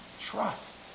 Trust